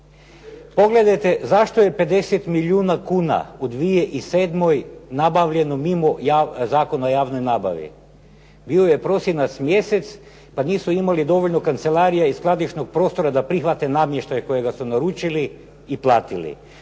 Pogledajte zašto je 50 milijuna kuna u 2007. nabavljeno mimo Zakona o javnoj nabavi. Bio je prosinac mjesec, pa nisu imali dovoljno kancelarija i skladišnog prostora da prihvate namještaj kojega su naručili i platili